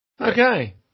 Okay